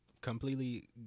completely